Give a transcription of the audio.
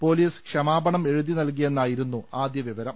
police ക്ഷമാപണം എഴുതി നൽകിയെന്നായിരുന്നു ആദ്യ വിവ രം